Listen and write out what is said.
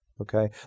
Okay